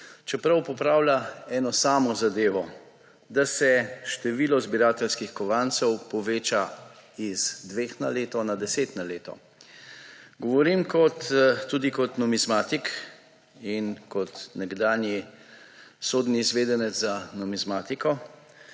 čeprav popravlja eno samo zadevo, da se število zbirateljskih kovancev poveča z dveh na leto na 10 na leto. Govorim tudi kot numizmatik in kot nekdanji sodni izvedenec za numizmatiko,